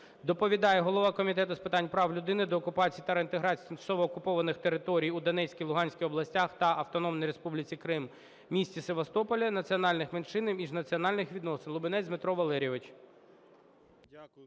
Доповідає голова Комітету з питань прав людини, деокупації та реінтеграції тимчасово окупованих територій у Донецькій, Луганській областях та Автономної Республіки Крим, міста Севастополя, національних меншин і міжнаціональних відносин Лубінець Дмитро Валерійович.